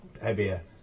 heavier